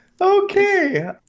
Okay